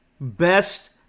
best